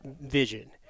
vision